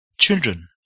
children